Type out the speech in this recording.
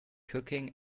cooking